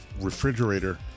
refrigerator